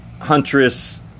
huntress